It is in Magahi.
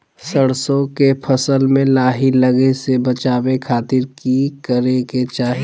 सरसों के फसल में लाही लगे से बचावे खातिर की करे के चाही?